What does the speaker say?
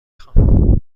خوام